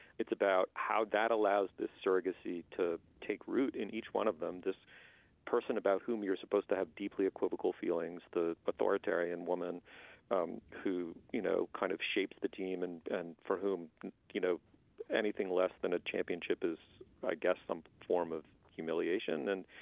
it's about how that allows this surrogacy to take root in each one of them. this person about whom you're supposed to have deeply equivocal feelings, the authoritarian woman um who, you know, kind of shapes the team and and for whom do you know anything less than a championship is, i guess, some form of humiliation. and,